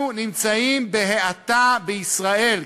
אנחנו נמצאים בהאטה בישראל,